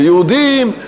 ליהודים,